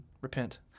repent